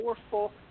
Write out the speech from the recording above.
powerful